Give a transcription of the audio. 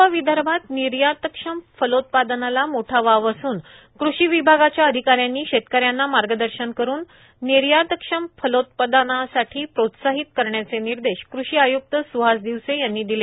पूर्व विदर्भात निर्यातक्षम फलोत्पादनाला मोठा वाव असून कृषी विभागाच्या अधिकाऱ्यांनी शेतकऱ्यांना मार्गदर्शन करून निर्यातक्षम फलोत्पादनासाठी प्रोत्साहित करण्याचे निर्देश कृषी आय्क्त सुहास दिवसे यांनी दिले